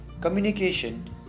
Communication